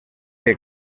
que